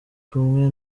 kumwe